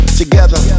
together